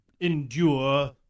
endure